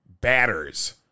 batters